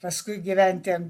paskui gyventi